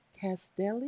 Castelli